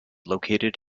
located